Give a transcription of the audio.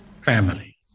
Family